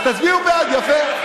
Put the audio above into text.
אז תצביעו בעד, יפה.